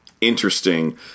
interesting